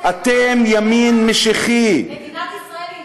אתה אזרח מדינת ישראל.